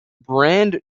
brand